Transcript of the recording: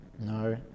No